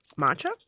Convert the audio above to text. matcha